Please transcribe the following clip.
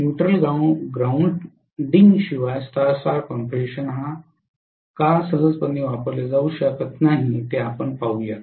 neutral ग्राउंडिंगशिवाय star star configuration का सहज वापरले जाऊ शकत नाही ते आपण पाहू या